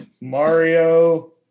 Mario